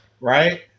right